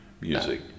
music